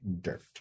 dirt